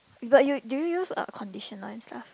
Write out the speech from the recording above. but you do you use a conditioner and stuff